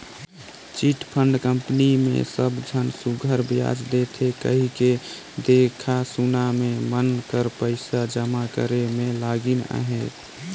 chit fund company मे सब झन सुग्घर बियाज देथे कहिके देखा सुना में मन कर पइसा जमा करे में लगिन अहें